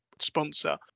sponsor